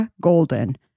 Golden